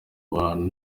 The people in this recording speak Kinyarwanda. bantu